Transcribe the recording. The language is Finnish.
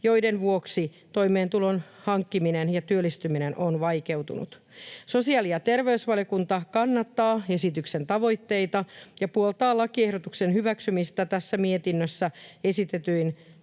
joiden vuoksi toimeentulon hankkiminen ja työllistyminen on vaikeutunut. Sosiaali- ja terveysvaliokunta kannattaa esityksen tavoitteita ja puoltaa lakiehdotuksen hyväksymistä tässä mietinnössä esitetyin